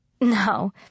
No